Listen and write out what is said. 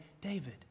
David